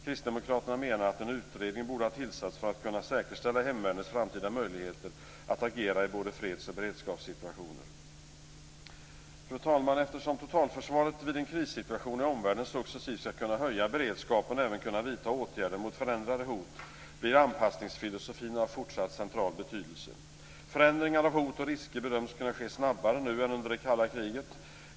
Kristdemokraterna menar att en utredning borde ha tillsatts för att vi skall kunna säkerställa hemvärnets framtida möjligheter att agera i både freds och beredskapssituationer. Fru talman! Eftersom totalförsvaret vid en krissituation i omvärlden successivt skall kunna höja beredskapen och även kunna vidta åtgärder mot förändrade hot blir anpassningsfilosofin av fortsatt central betydelse. Förändringar av hot och risker bedöms kunna ske snabbare nu än under det kalla kriget.